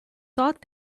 thought